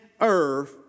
earth